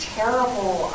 terrible